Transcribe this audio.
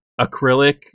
acrylic